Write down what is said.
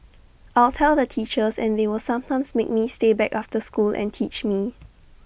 I'll tell the teachers and they will sometimes make me stay back after school and teach me